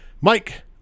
Mike